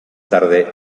tarde